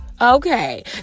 okay